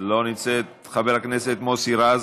לא נמצאת, חבר הכנסת מוסי רז,